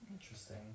interesting